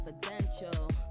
confidential